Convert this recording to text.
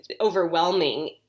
overwhelming